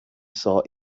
saw